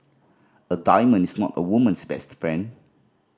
a diamond is not a woman's best friend